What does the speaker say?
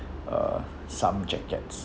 uh some jackets